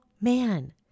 man